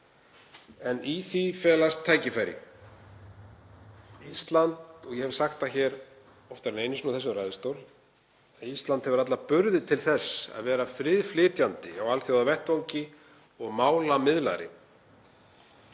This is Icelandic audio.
en í því felast tækifæri Íslands. Ég hef sagt það hér oftar en einu sinni úr þessum ræðustól að Ísland hefur alla burði til þess að vera friðflytjandi á alþjóðavettvangi og málamiðlari.